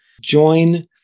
Join